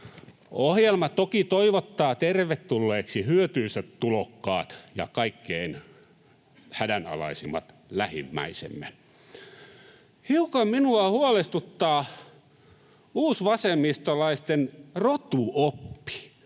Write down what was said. Ohjelma toki toivottaa tervetulleiksi hyötyisät tulokkaat ja kaikkein hädänalaisimmat lähimmäisemme. Hiukan minua huolestuttaa uusvasemmistolaisten rotuoppi